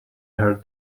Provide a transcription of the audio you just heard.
her